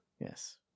Yes